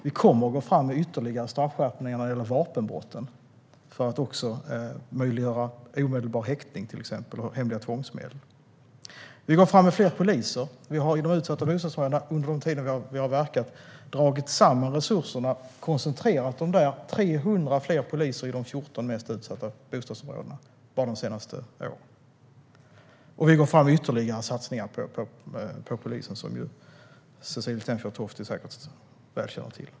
Vi kommer att gå fram med ytterligare straffskärpningar när det gäller vapenbrott, för att till exempel möjliggöra omedelbar häktning och hemliga tvångsmedel. Vi går fram med fler poliser. Vi har under den tid vi har verkat dragit samman resurser och koncentrerat dem i de utsatta bostadsområdena. Det har blivit 300 fler poliser i de 14 mest utsatta bostadsområdena bara under de senaste åren. Som Cecilie Tenfjord-Toftby säkert känner till går vi fram med ytterligare satsningar på polisen.